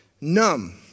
numb